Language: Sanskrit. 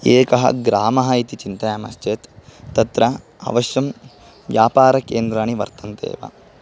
एकः ग्रामः इति चिन्तयामश्चेत् तत्र अवश्यं व्यापारकेन्द्राणि वर्तन्ते एव